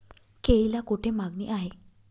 केळीला कोठे मागणी आहे?